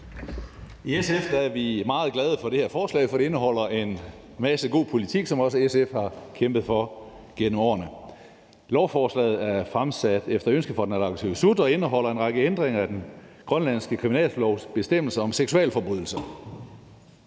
I SF er vi meget glade for det her forslag, fordi det indeholder en masse god politik, som SF også har kæmpet for gennem årene. Lovforslaget er fremsat efter ønske fra naalakkersuisut og indeholder en række ændringer af den grønlandske kriminallovs bestemmelser om seksualforbrydelser.